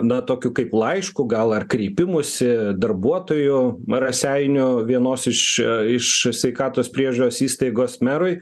na tokiu kaip laišku gal ar kreipimusi darbuotojų raseinių vienos iš iš sveikatos priežiūros įstaigos merui